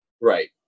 Right